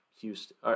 Houston